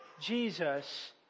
Jesus